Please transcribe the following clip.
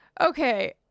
Okay